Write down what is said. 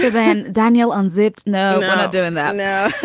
then daniel unzipped. no, i'm not doing that now.